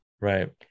Right